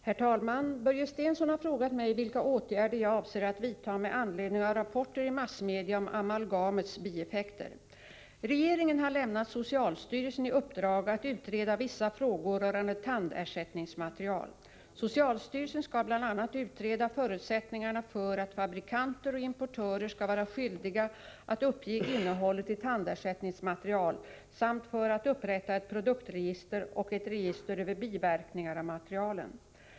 Herr talman! Börje Stensson har frågat mig vilka åtgärder jag avser att vidta med anledning av rapporter i massmedia om amalgamets bieffekter. Regeringen har lämnat socialstyrelsen i uppdrag att utreda vissa frågor rörande tandersättningsmaterial. Socialstyrelsen skall bl.a. utreda förutsättningarna för att fabrikanter och importörer skall vara skyldiga att uppge innehållet i tandersättningsmaterial samt för att upprätta ett produktregister och ett register över biverkningar av materialen.